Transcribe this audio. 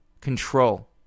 control